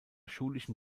schulischen